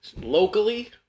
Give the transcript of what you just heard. Locally